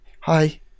Hi